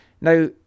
Now